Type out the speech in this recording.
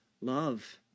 love